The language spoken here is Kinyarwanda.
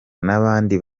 nabandi